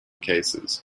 cases